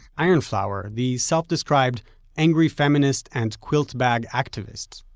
iron flower, the self-described angry feminist and quiltbag activist,